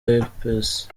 alpes